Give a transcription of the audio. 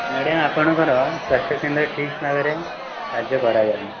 madam ଆପଣଙ୍କର ସ୍ୱାସ୍ଥ୍ୟ କେନ୍ଦ୍ରରେ ଠିକ ଭାବରେ କାର୍ଯ୍ୟ କରାଯାଉନି